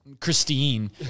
christine